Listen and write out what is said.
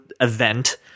event